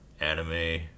anime